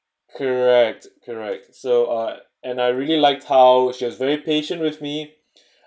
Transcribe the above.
correct correct so uh and I really liked how she was very patient with me